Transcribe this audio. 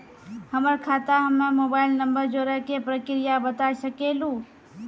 हमर खाता हम्मे मोबाइल नंबर जोड़े के प्रक्रिया बता सकें लू?